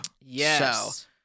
Yes